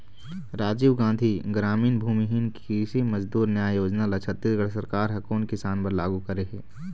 राजीव गांधी गरामीन भूमिहीन कृषि मजदूर न्याय योजना ल छत्तीसगढ़ सरकार ह कोन किसान बर लागू करे हे?